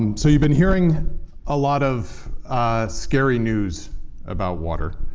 um so you've been hearing a lot of scary news about water.